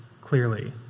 clearly